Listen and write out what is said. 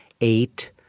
eight